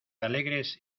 alegres